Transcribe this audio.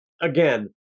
again